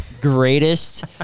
Greatest